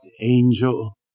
angel